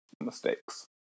mistakes